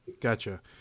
gotcha